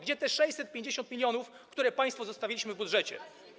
Gdzie te 650 mln, które państwu zostawiliśmy w budżecie?